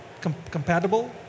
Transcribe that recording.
compatible